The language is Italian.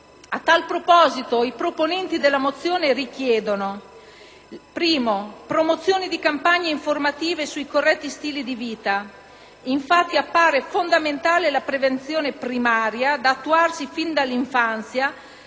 A tale proposito, i proponenti della mozione richiedono in primo luogo la promozione di campagne informative sui corretti stili di vita. Infatti, appare fondamentale la prevenzione primaria, da attuarsi sin dall'infanzia,